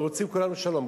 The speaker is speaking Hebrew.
ורוצים כולנו שלום,